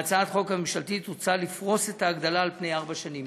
בהצעת החוק הממשלתית הוצע לפרוס את ההגדלה על פני ארבע שנים.